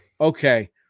okay